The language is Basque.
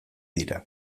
dira